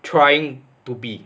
trying to be